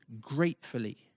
gratefully